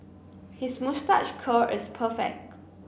his moustache curl is perfect